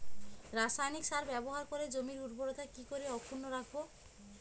রাসায়নিক সার ব্যবহার করে জমির উর্বরতা কি করে অক্ষুণ্ন রাখবো